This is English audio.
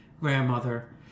grandmother